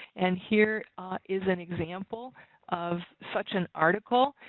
and here is an example of such an article.